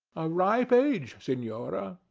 a ripe age, senora.